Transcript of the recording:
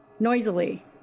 Noisily